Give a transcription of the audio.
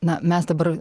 na mes dabar